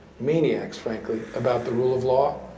maniacs, frankly, about the rule of law.